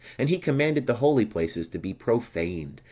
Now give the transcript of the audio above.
and he commanded the holy places to be profaned,